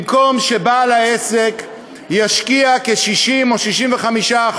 במקום שבעל העסק ישקיע כ-60% או 65%